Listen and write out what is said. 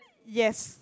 yes